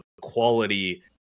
quality